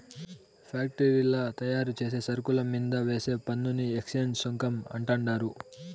ఫ్యాక్టరీల్ల తయారుచేసే సరుకుల మీంద వేసే పన్నుని ఎక్చేంజ్ సుంకం అంటండారు